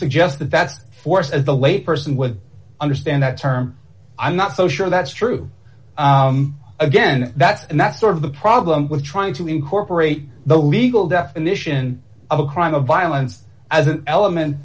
best force at the layperson would understand that term i'm not so sure that's true again that's and that's sort of the problem with trying to incorporate the legal definition of a crime of violence as an element